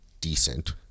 decent